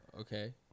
okay